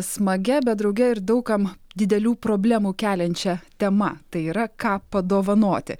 smagia bet drauge ir daug kam didelių problemų keliančia tema tai yra ką padovanoti